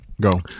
Go